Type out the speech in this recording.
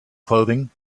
clothing